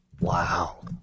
Wow